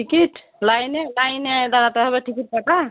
ticket লাইনে লাইনে দাঁড়াতে হবে টিকিট কাটা